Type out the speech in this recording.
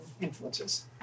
influences